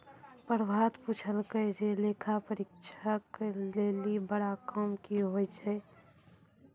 प्रभात पुछलकै जे लेखा परीक्षक लेली बड़ा काम कि होय छै?